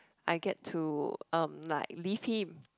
I get to um like leave him